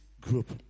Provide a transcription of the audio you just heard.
group